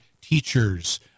teachers